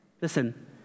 Listen